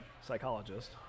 psychologist